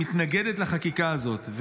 מתנגדת לחקיקה הזאת,